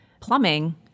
plumbing